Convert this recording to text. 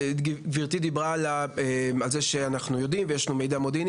גברתי דיברה על זה שאנחנו יודעים ושיש לנו מידע מודיעיני,